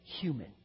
human